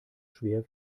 schwer